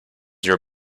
your